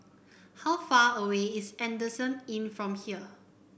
how far away is Adamson Inn from here